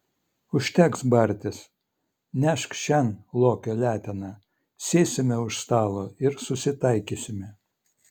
užteks bartis nešk šen lokio leteną sėsime už stalo ir susitaikysime